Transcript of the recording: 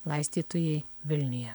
laistytojai vilniuje